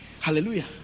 Hallelujah